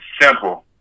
simple